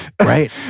right